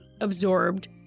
absorbed